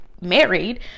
married